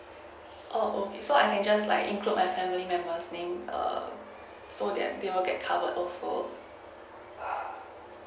oh okay so I may just like include my family members name err so that they will get covered also